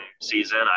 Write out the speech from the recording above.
season